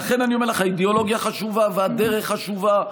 לכן אני אומר לך שהאידיאולוגיה חשובה והדרך חשובה,